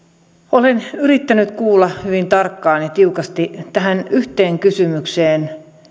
olen yrittänyt kuulla hyvin tarkkaan ja tiukasti vastauksen tähän yhteen kysymykseen